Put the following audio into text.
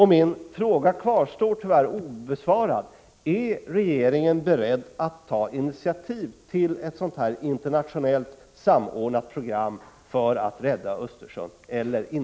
Min fråga kvarstår tyvärr obesvarad: Är regeringen beredd att ta initiativ till ett internationellt samordnat program för att rädda Östersjön?